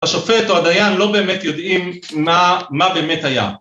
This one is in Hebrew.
‫השופט או הדיין לא באמת יודעים, ‫מה, מה באמת היה.